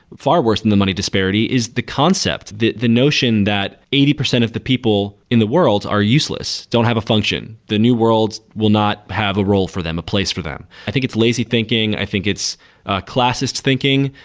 far worse than the money disparity is the concept, the the notion that eighty percent of the people in the world are useless, don't have a function, the new world will not have a role for them, a place for them. i think it's lazy thinking. i think it's ah classist thinking.